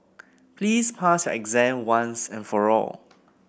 please pass your exam once and for all